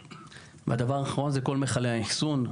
הדבר האחרון כל מכלי האחסון,